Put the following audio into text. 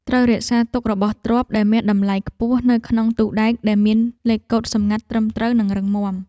ត្រូវរក្សាទុករបស់ទ្រព្យដែលមានតម្លៃខ្ពស់នៅក្នុងទូដែកដែលមានលេខកូដសម្ងាត់ត្រឹមត្រូវនិងរឹងមាំ។